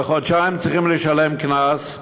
חודשיים, הם צריכים לשלם קנס,